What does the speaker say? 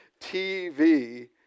TV